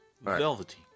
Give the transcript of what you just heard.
Velvety